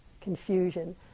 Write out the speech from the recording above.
confusion